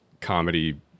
comedy